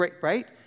right